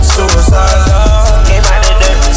Suicide